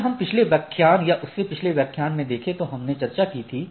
अगर हम पिछले व्याख्यान या उससे पिछले व्याख्यान में देखें तो हमने चर्चा की थी